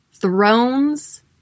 thrones